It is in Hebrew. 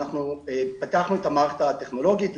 פתחנו את המערכת הטכנולוגית,